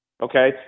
Okay